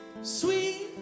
Sweet